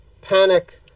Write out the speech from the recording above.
panic